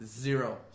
zero